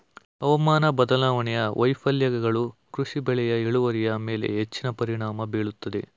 ಹವಾಮಾನ ಬದಲಾವಣೆಯ ವೈಫಲ್ಯಗಳು ಕೃಷಿ ಬೆಳೆಯ ಇಳುವರಿಯ ಮೇಲೆ ಹೆಚ್ಚಿನ ಪರಿಣಾಮ ಬೀರುತ್ತದೆ